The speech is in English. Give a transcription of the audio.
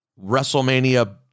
WrestleMania